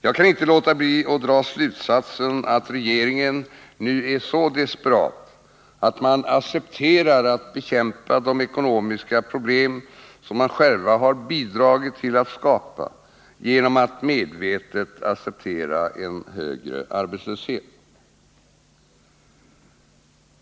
Jag kan inte låta bli att dra slutsatsen att regeringen nu är så desperat att den accepterar att bekämpa de ekonomiska problem den själv har bidragit till att skapa, genom att medvetet godta en högre arbetslöshet.